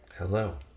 Hello